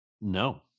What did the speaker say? No